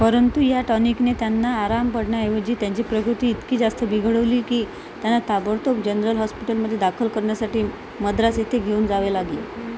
परंतु या टॉनिकने त्यांना आराम पडण्याऐवजी त्यांची प्रकृती इतकी जास्त बिघडवली की त्यांना ताबडतोब जनरल हॉस्पिटलमध्ये दाखल करण्यासाठी मद्रास येथे घेऊन जावे लागले